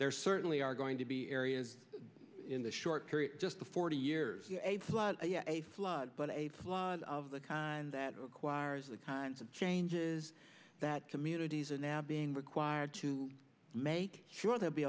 there certainly are going to be areas in the short period just before two years a flood but a flood of the kind that requires the kinds of changes that communities are now being required to make sure there